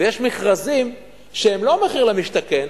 ויש מכרזים שהם לא מחיר למשתכן,